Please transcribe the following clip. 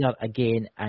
again